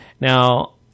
Now